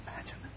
Imagine